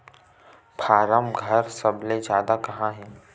form घर सबले जादा कहां हे